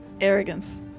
arrogance